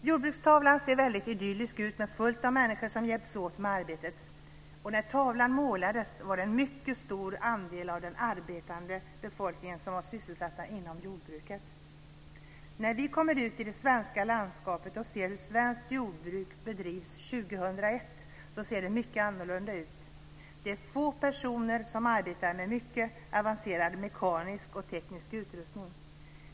Jordbrukstavlan ser väldigt idyllisk ut med fullt av människor som hjälps åt med arbetet. När tavlan målades var en mycket stor andel av den arbetande befolkningen sysselsatt inom jordbruket. När vi kommer ut i det svenska landskapet och ser hur svenskt jordbruk bedrivs 2001 så ser det mycket annorlunda ut. Det är få personer som arbetar med mycket avancerad mekanisk och teknisk utrustning.